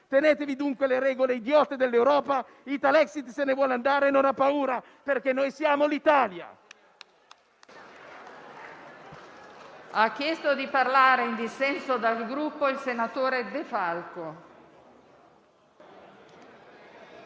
Tenetevi dunque le regole idiote dell'Europa. Italexit se ne vuole andare e non ha paura, perché noi siamo l'Italia.